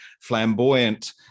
flamboyant